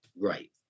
Right